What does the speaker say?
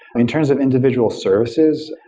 in terms of individual services,